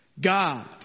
God